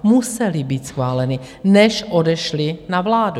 Musely být schváleny, než odešly na vládu.